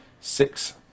six